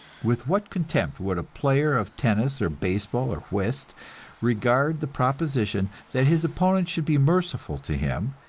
with what contempt would a player of tennis or baseball or whist regard the proposition that his opponent should be merciful to him,